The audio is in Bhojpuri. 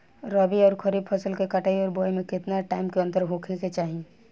रबी आउर खरीफ फसल के कटाई और बोआई मे केतना टाइम के अंतर होखे के चाही?